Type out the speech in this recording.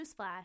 newsflash